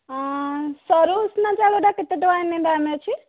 ସରୁ ଉଷୁନା ଚାଉଳଟା କେତେ ଟଙ୍କା ଏଇନା ଦାମ୍ ଅଛି